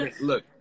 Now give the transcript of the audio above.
Look